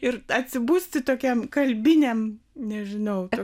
ir atsibusti tokiam kalbiniam nežinau to